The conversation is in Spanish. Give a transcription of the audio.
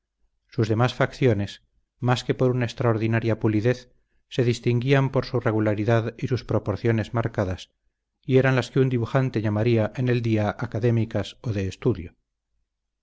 sus demás facciones más que por una extraordinaria pulidez se distinguían por su regularidad y sus proporciones marcadas y eran las que un dibujante llamaría en el día académicas o de estudio